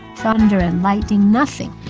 thunder and lightning nothing.